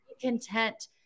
content